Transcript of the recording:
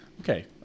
Okay